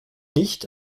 nicht